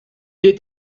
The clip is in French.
est